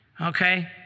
Okay